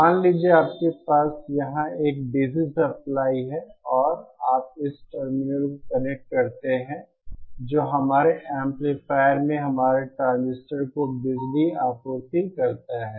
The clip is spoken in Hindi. मान लीजिए कि आपके पास यहाँ एक DC सप्लाई है और आप इस टर्मिनल को कनेक्ट करते हैं जो हमारे एम्पलीफायर में हमारे ट्रांजिस्टर को बिजली की आपूर्ति करता है